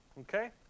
Okay